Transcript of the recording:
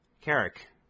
Carrick